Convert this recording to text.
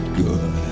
good